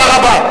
תודה רבה.